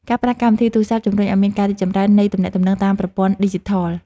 ការប្រើកម្មវិធីទូរសព្ទ ជំរុញឱ្យមានការរីកចម្រើននៃទំនាក់ទំនងតាមប្រព័ន្ធឌីជីថល។